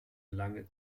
lange